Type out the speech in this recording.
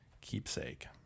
keepsake